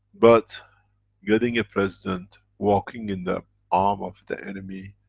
but getting a president, walking in the arm of the enemy,